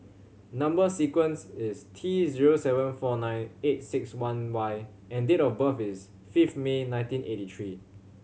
number sequence is T zero seven four nine eight six one Y and date of birth is fifth May nineteen eighty three